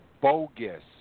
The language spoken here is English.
bogus